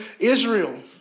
Israel